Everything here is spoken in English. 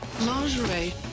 Lingerie